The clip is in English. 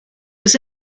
was